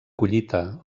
collita